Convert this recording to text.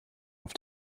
auf